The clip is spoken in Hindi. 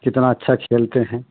कितना अच्छा खेलते हैं